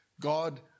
God